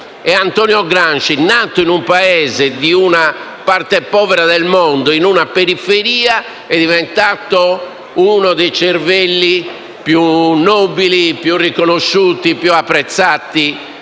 Antonio Gramsci, nato in un paese di una parte povera del mondo, in una periferia, è diventato uno dei cervelli più nobili, riconosciuti e apprezzati